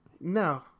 No